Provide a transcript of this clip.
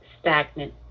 stagnant